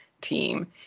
team